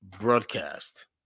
broadcast